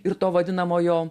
ir to vadinamojo